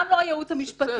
גם לא הייעוץ המשפטי.